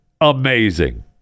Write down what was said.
amazing